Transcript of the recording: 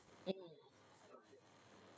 mm